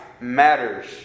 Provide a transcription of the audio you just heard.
matters